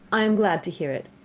i am glad to hear it.